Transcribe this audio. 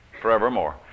forevermore